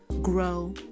grow